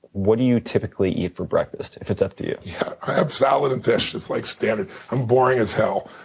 what do you typically eat for breakfast if it's up to you? yeah, i have salad and fish. it's like standard i'm boring as hell.